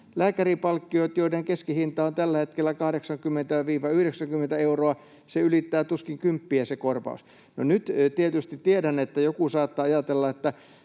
Lääkäripalkkioista, joiden keskihinta on tällä hetkellä 80—90 euroa, se korvaus ylittää tuskin kymppiä. No, nyt tietysti tiedän, että joku saattaa ajatella,